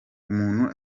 umuntu